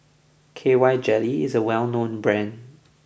K Y Jelly is a well known brand